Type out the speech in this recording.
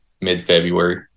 mid-February